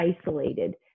isolated